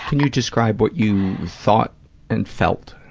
and you describe what you thought and felt?